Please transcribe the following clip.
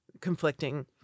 conflicting